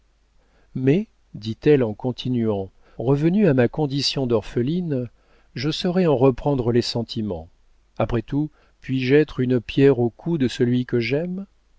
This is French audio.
mais dit-elle en continuant revenue à ma condition d'orpheline je saurai en reprendre les sentiments après tout puis-je être une pierre au cou de celui que j'aime